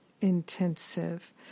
intensive